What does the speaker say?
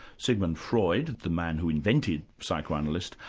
sigmund freud, the man who invented psychoanalysis,